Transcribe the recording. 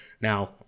now